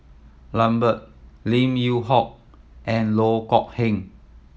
Lambert Lim Yew Hock and Loh Kok Heng